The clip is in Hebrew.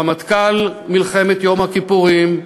רמטכ"ל מלחמת יום הכיפורים,